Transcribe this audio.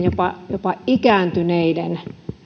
jopa ikääntyneiden